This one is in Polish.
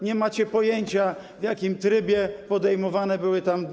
Nie macie pojęcia, w jakim trybie podejmowane były tam decyzje.